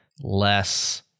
less